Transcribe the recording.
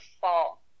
fall